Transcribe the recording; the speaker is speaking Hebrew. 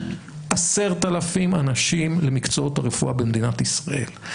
10,000 אנשים למקצועות הרפואה במדינת ישראל.